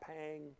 paying